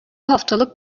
haftalık